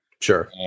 Sure